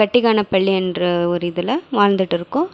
கட்டிக்கானபள்ளின்ற ஒரு இதில் வாழ்ந்துகிட்டுருக்கோம்